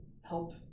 help